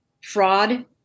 fraud